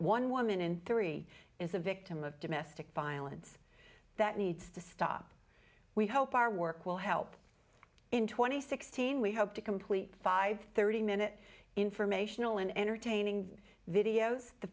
one woman and three is a victim of domestic violence that needs to stop we hope our work will help in twenty sixteen we hope to complete five thirty minute informational and entertaining videos the